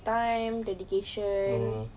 time dedication